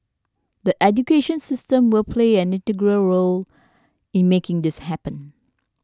the education system will play an integral role in making this happen